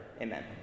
Amen